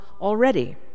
already